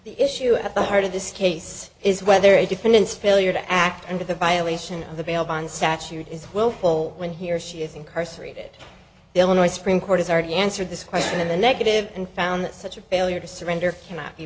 the issue at the heart of this case is whether a difference failure to act under the violation of the bail bond statute is willful when he or she is incarcerated the illinois supreme court has already answered this question in the negative and found that such a failure to surrender cannot be